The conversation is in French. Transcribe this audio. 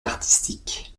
artistique